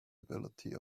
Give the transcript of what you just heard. ability